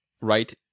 right